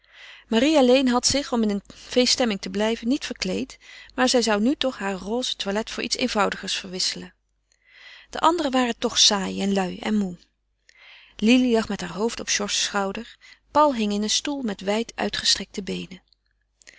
marie alleen had zich om in een feeststemming te blijven niet verkleed maar zij zou nu toch haar roze toilet voor iets eenvoudigers verwisselen de anderen waren toch saai en lui en moê lili lag met haar hoofd op georges schouder paul hing in een stoel met wijd uitgestrekte beenen